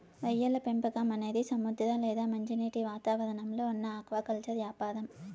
రొయ్యల పెంపకం అనేది సముద్ర లేదా మంచినీటి వాతావరణంలో ఉన్న ఆక్వాకల్చర్ యాపారం